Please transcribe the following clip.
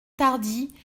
tardy